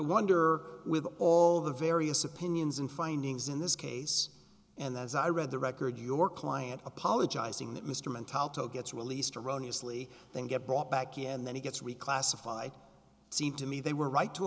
wonder with all the various opinions and findings in this case and as i read the record your client apologizing that mr montalvo gets released erroneous lee they get brought back and then he gets reclassified seemed to me they were right to